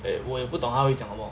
eh 我也不懂他会讲什么